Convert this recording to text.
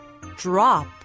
Drop